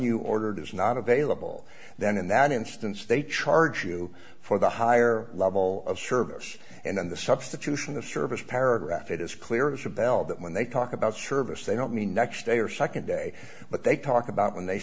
you ordered is not available then in that instance they charge you for the higher level of service and the substitution of service paragraph it is clear as a bell that when they talk about service they don't mean next day or second day but they talk about when they